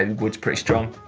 and wood's pretty strong.